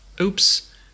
Oops